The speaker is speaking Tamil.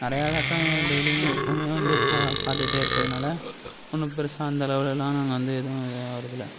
நிறையா தாட்டம் டெய்லியும் எப்போவுமே வந்து பா பார்த்துக்கிட்டே இருக்கிறதுனால ஒன்றும் பெரிசா அந்தளவுலேலாம் நாங்கள் வந்து எதுவும் வர்றதில்லை